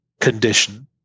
condition